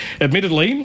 Admittedly